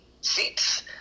seats